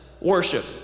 worship